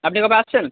আপনি কবে আসছেন